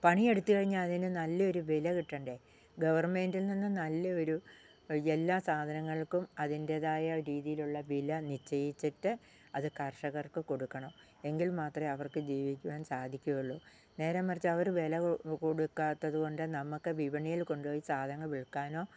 പണിയെടുത്ത് കഴിഞ്ഞാൽ അതിന് നല്ല ഒരു വില കിട്ടണ്ടേ ഗവൺമെന്റിൽ നിന്നും നല്ല ഒരു എല്ലാ സാധനങ്ങൾക്കും അതിൻ്റെതായ രീതിയിലുള്ള വില നിശ്ചയിച്ചിട്ട് അത് കർഷകർക്ക് കൊടുക്കണം എങ്കിൽ മാത്രമേ അവർക്ക് ജീവിക്കുവാൻ സാധിക്കുകയുള്ളു നേരെ മറിച്ച് അവര് വില കൊടുക്കാത്തത് കൊണ്ട് നമുക്ക് വിപണയിൽ കൊണ്ടുപോയി സാധനങ്ങൾ വിൽക്കാനോ